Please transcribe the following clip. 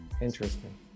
interesting